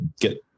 get